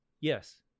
Yes